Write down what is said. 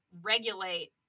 regulate